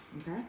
Okay